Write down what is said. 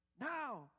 Now